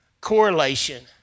correlation